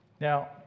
Now